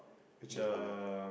which is what ah